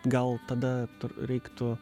gal tada reiktų